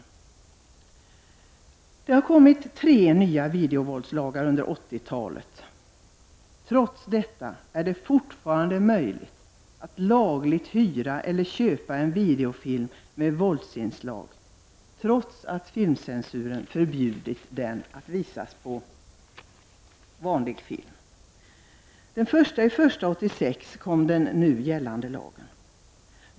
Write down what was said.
Det har stiftats tre nya videovåldslagar under 80-talet. Trots detta är det fortfarande möjligt och lagligt att hyra eller köpa en videofilm med våldsinslag, trots att filmcensuren har förbjudit den. Den nu gällande lagen trädde i kraft den 1 januari 1986.